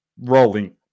rolling